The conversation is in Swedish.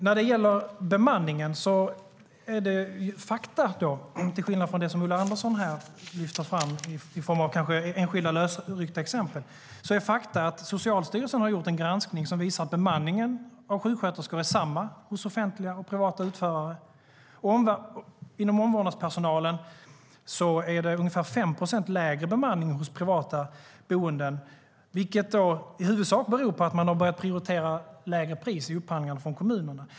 När det gäller bemanningen är fakta, till skillnad från de lösryckta exempel Ulla Andersson lyfter fram, att Socialstyrelsen har gjort en granskning som visar att bemanningen av sjuksköterskor är densamma hos offentliga och privata utförare. Vad gäller omvårdnadspersonal är det ungefär 5 procent lägre bemanning på privata boenden, vilket i huvudsak beror på att man har börjat prioritera lägre pris i upphandlingarna från kommunerna.